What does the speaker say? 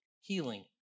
healing